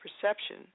perception